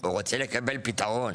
הוא רוצה לקבל פתרון